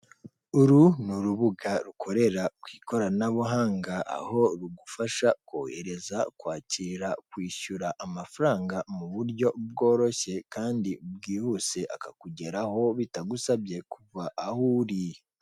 Uru ni urubuga rukorera ku ikoranabuhanga aho rugufasha kohereza, kwakira, kwishyura amafaranga mu buryo bworoshye kandi bwihuse akakugeraho bitagusabye kuva aho uri.